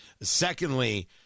Secondly